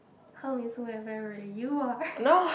how means we are very you are